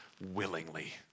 willingly